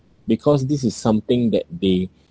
because this is something that they